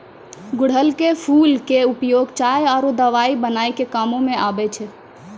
गुड़हल के फूल के उपयोग चाय आरो दवाई बनाय के कामों म आबै छै